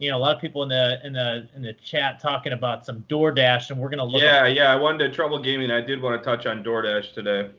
you know a lot of people in the in ah and the chat talking about some doordash, and we're going to look yeah, yeah. i wanted to trouble gaming. i did want to touch on doordash today.